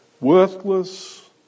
worthless